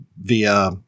via